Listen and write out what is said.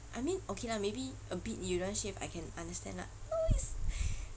I mean okay lah maybe a bit you never shave I can understand ah but no it's